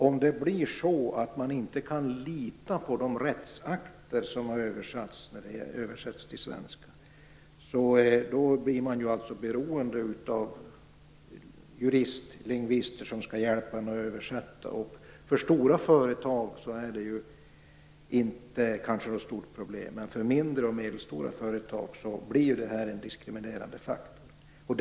Om man inte kan lita på de rättsakter som översätts till svenska blir man beroende av juristlingvister, som skall hjälpa en att översätta. För stora företag är det kanske inte något stort problem, men för mindre och medelstora företag blir det här en diskriminerande faktor.